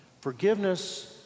forgiveness